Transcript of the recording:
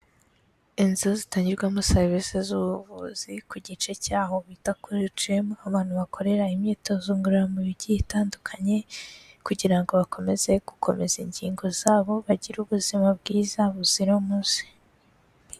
Inzu zitangirwamo serivisi z'ubuvuzi ku gice cyaho bita kuri ucemu abantu bakorera imyitozo ngororamubiri igiye itandukanye kugira ngo bakomeze gukomeza ingingo zabo bagire ubuzima bwiza buzira umuze.